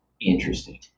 interesting